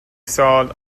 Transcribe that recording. سال